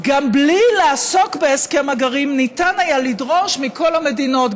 גם בלי לעסוק בהסכם הגרעין ניתן היה לדרוש מכל המדינות,